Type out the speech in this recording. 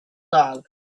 dog